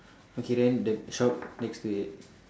okay then the shop next to it